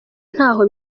ntaho